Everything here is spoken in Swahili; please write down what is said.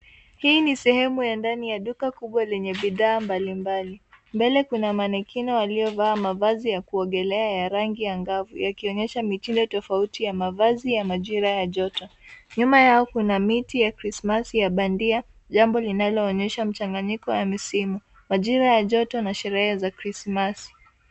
Hii ji sehemu ya ndani ya duka kubwa lenye bidhaa mbalimbali. Mbele kuna manikina waliovaa mavazi ya kuogelea ya rangi angavu yakionyesha mitindo tofauti ya mavazi ya majira ya joto. Nyuma yao kuna miti ya krismasi ya bandia, jambo linaloonyesha mchanganyiko wa misimu. Majira ya joto na sherehe za krismasi.